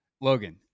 Logan